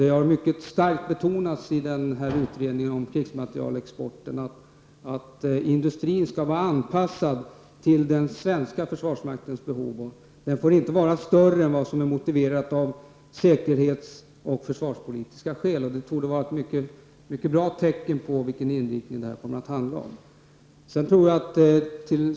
Det har mycket starkt betonats i utredningen om krigsmaterielexporten att industrin skall vara anpassad till den svenska försvarsmaktens behov. Den får inte vara större än vad som är motiverat av säkerhets och försvarspolitiska skäl. Det torde vara ett mycket bra tecken på vilken inriktning det är fråga om.